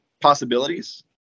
possibilities